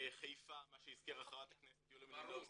בחיפה, מה שהזכירה חברת הכנסת יוליה מלינובסקי.